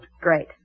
Great